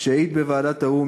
שהעיד בוועדת האו"ם,